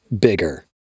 bigger